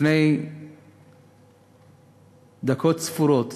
לפני דקות ספורות